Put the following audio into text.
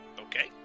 Okay